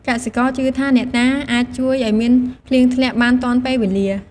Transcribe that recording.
កសិករជឿថា អ្នកតាអាចជួយឲ្យមានភ្លៀងធ្លាក់បានទាន់ពេលវេលា។